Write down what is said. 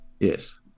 Yes